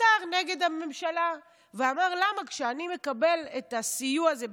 עתר נגד הממשלה ואמר: למה כשאני מקבל את הסיוע הזה,